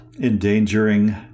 endangering